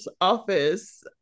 office